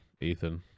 Ethan